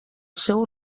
seu